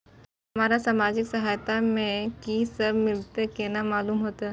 हमरा सामाजिक सहायता में की सब मिलते केना मालूम होते?